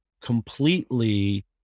completely